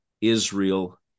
Israel